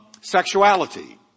sexuality